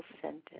sentence